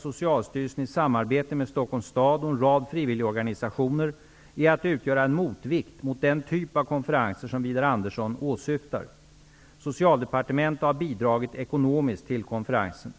Socialstyrelsen i samarbete med Stockholms stad och en rad frivilligorganisationer, är att utgöra en motvikt mot den typ av konferenser som Widar Andersson åsyftar. Socialdepartementet har bidragit ekonomiskt till konferensen.